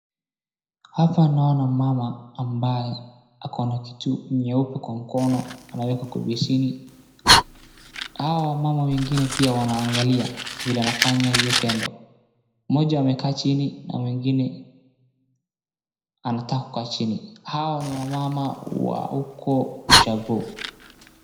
Hapa naona mama ambaye akona kitu nyeupe kwa mkono anaeka kwa beseni, hao wamama wengine pia wanaangalia vile anafanya hiyo tendo mmoja amekaa chini na mwingine anataka kukaa chini Hawa ni wamama wa huko ushago .